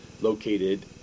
located